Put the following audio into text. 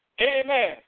amen